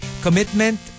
Commitment